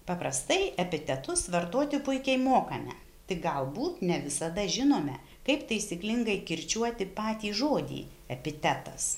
paprastai epitetus vartoti puikiai mokame tik galbūt ne visada žinome kaip taisyklingai kirčiuoti patį žodį epitetas